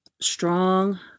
strong